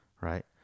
Right